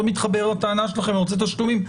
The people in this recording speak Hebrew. אני מאוד מתחבר לטענה שלכם לנושא תשלומים,